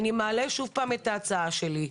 אני מעלה שוב פעם את ההצעה שלי.